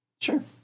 Sure